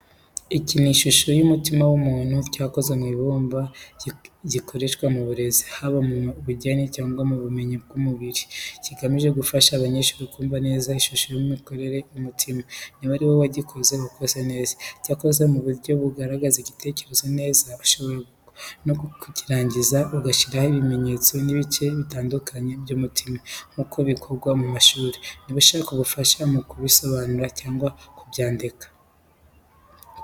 Iki ni igishushanyo cy’umutima w’umuntu cyakozwe mu ibumba, gikoreshwa mu burezi — haba mu bugeni cyangwa mu bumenyi bw’umubiri. Kigamije gufasha abanyeshuri kumva neza ishusho n’imikorere y’umutima. Niba ari wowe wagikoze, wakoze neza! Cyakozwe mu buryo bugaragaza igitekerezo neza. Ushobora no kukirangiza ugashyiraho ibimenyetso by’ibice bitandukanye by’umutima nk’uko bikorwa mu mashuri. Niba ushaka ubufasha mu kubisobanura cyangwa kubyandika .